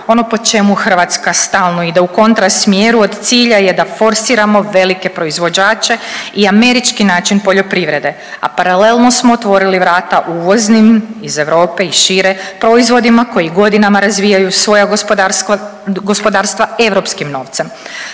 Ono po čemu Hrvatska stalno ide u kontra smjeru od cilja je da forsiramo velike proizvođače i američki način poljoprivrede, a paralelno smo otvorili vrata uvoznim iz Europe i šire proizvodima koji godinama razvijaju svoja gospodarstva europskim novcem.